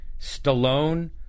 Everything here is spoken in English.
Stallone